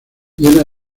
llena